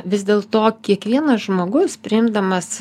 vis dėlto kiekvienas žmogus priimdamas